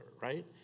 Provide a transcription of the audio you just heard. right